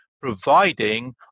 providing